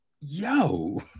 yo